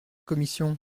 commission